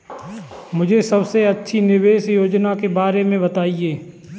मुझे सबसे अच्छी निवेश योजना के बारे में बताएँ?